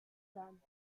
them